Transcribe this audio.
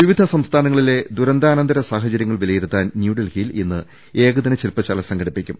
വിവിധ സംസ്ഥാനങ്ങളിലെ ദുരന്താനന്തര സാഹചര്യങ്ങൾ വിലയി രുത്താൻ ന്യൂഡൽഹിയിൽ ഇന്ന് ഏകദിന ശിൽപ്പശാല സംഘടിപ്പിക്കും